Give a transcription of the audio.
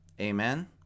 Amen